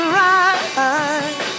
right